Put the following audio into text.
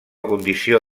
condició